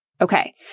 Okay